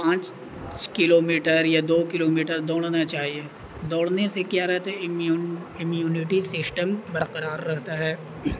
پانچ kilometre یا دو کلو میٹر دوڑنا چاہیے دوڑنے سے کیا رہتامی امیونٹی سسٹم برقرار رکھتا ہے